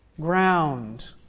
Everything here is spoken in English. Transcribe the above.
ground